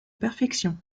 perfection